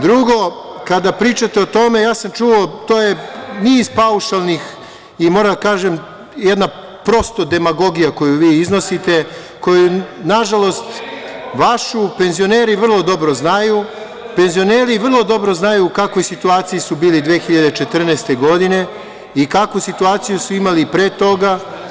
Drugo, kada pričate o tome, ja sam čuo, to je niz paušalnih i moram da kažem, jedna prosto demagogija koju vi iznosite, koju nažalost vašu, penzioneri vrlo dobro znaju. (Nemanja Šarović: Opomenite ga.) Penzioneri vrlo dobro znaju u kakvoj situaciji su bili 2014. godine i kakvu situaciju su imali i pre toga.